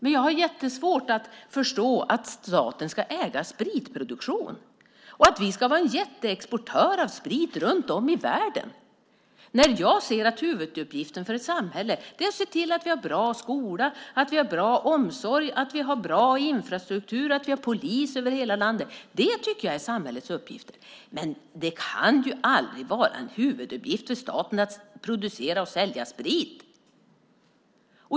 Men jag har svårt att förstå att staten ska äga spritproduktion och att vi ska vara en jätteexportör av sprit i världen. Jag ser att huvuduppgiften för ett samhälle är att se till att vi har bra skola, omsorg och infrastruktur och att vi har polis över hela landet. Det tycker jag är samhällets uppgift. Det kan aldrig vara en huvuduppgift för staten att producera och sälja sprit.